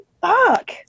fuck